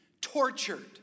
tortured